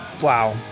wow